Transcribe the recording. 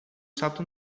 saltam